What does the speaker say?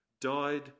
died